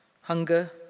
hunger